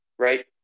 Right